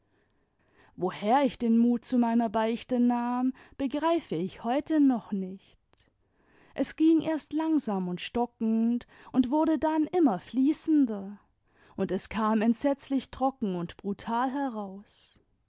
woher ich den mut zu meiner beichte nahm begreife ich heute noch nicht es ging erst langsam imd stockend und wurde dann immer fließender und es kam entsetzlich trocken und brutal heraus